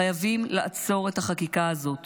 חייבים לעצור את החקיקה הזאת